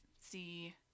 see